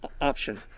option